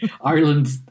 Ireland